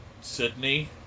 Sydney